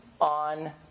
on